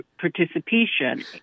participation